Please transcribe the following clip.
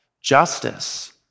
justice